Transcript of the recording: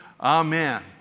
Amen